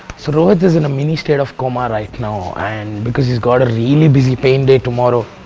rohit is in a mini state of coma right now and because he's got a really busy paying day tomorrow.